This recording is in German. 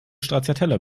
stracciatella